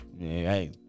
hey